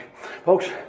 Folks